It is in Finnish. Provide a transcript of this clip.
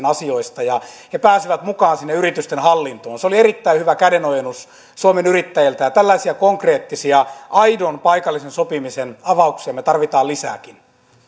asioista ja he pääsevät mukaan sinne yritysten hallintoon se oli erittäin hyvä kädenojennus suomen yrittäjiltä ja tällaisia konkreettisia aidon paikallisen sopimisen avauksia me tarvitsemme lisääkin